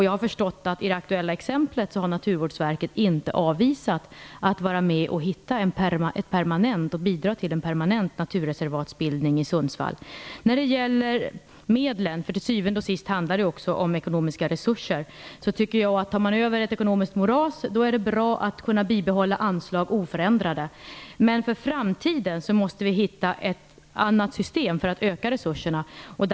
Jag har förstått att i det aktuella exemplet har Naturvårdsverket inte avvisat att vara med och bidra till en permanent naturreservatsbildning i Sundsvall. När det gäller medlen, för till syvende och sist handlar det ju också om ekonomiska resurser, tycker jag att det är bra att kunna bibehålla anslag oförändrade även om man tar över ett ekonomisk moras. Men vi måste hitta ett annat system för framtiden så att vi kan öka resurserna.